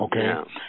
okay